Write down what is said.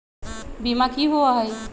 बीमा की होअ हई?